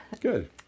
good